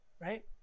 right